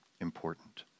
important